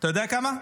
אתה יודע כמה?